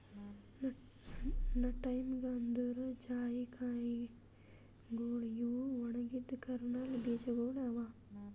nutmeg ಅಂದುರ್ ಜಾಯಿಕಾಯಿಗೊಳ್ ಇವು ಒಣಗಿದ್ ಕರ್ನಲ್ ಬೀಜಗೊಳ್ ಅವಾ